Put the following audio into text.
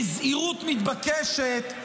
בזהירות מתבקשת,